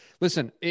listen